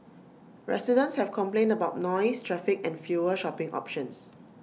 residents have complained about noise traffic and fewer shopping options